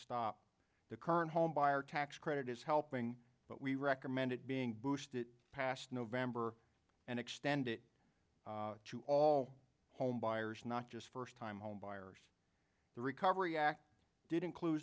stopped the current homebuyer tax credit is helping but we recommend it being boosted past november and extend it to all homebuyers not just first time home buyers the recovery act did include